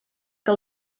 que